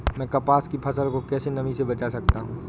मैं कपास की फसल को कैसे नमी से बचा सकता हूँ?